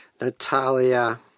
Natalia